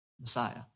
Messiah